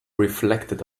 reflected